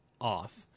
off